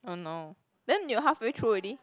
oh no then you halfway through already